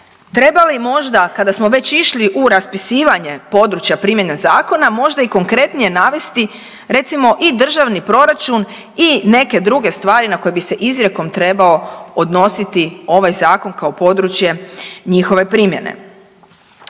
trebali možda kada smo već išli u raspisivanje područja primjene zakona možda i konkretnije navesti recimo i državni proračun i neke druge stvari na koje bi se izrijekom trebao odnositi ovaj zakon kao područje njihove primjene.